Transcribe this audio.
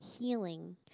healing